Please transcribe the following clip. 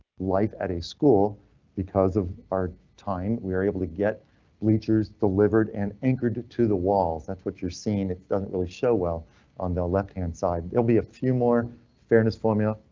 life at a school because of our time we are able to get bleachers delivered an anchored to to the walls. that's what you're seeing. it doesn't really show well on the left hand side. there will be a few more fairness formula.